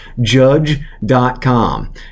Judge.com